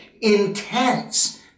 intense